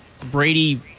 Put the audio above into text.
Brady